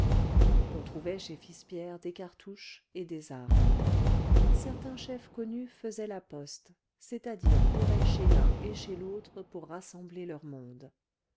on trouvait chez filspierre des cartouches et des armes certains chefs connus faisaient la poste c'est-à-dire couraient chez l'un et chez l'autre pour rassembler leur monde